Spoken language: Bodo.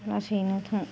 लासैनो थां